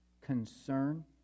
concern